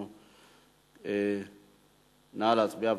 נא להצביע.